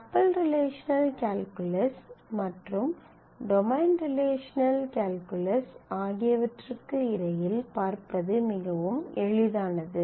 tuple relational calculus மற்றும் domain relational calculus ஆகியவற்றுக்கு இடையில் பார்ப்பது மிகவும் எளிதானது